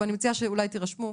שאולי תירשמו.